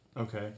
Okay